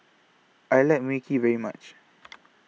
I like Mui Kee very much